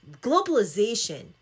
globalization